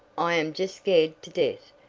i am just scared to death.